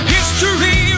History